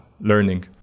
learning